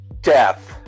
death